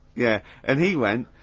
yeah. and he went,